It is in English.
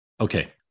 Okay